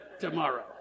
tomorrow